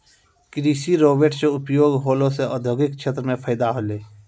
कृषि रोवेट से उपयोग होला से औद्योगिक क्षेत्र मे फैदा होलै